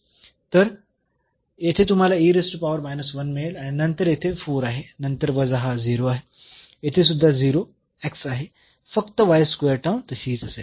तर येथे तुम्हाला मिळेल आणि नंतर येथे 4 आहे नंतर वजा हा 0 आहे येथे सुद्धा आहे फक्त टर्म तशीच असेल